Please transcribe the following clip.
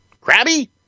Crabby